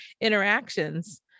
interactions